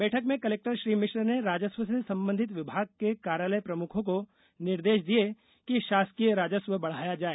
बैठक में कलेक्टर श्री मिश्र ने राजस्व से संबंधित विभाग के कार्यालय प्रमुखों को निर्देश दिए कि शासकीय राजस्व बढाया जाए